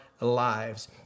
lives